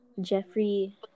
Jeffrey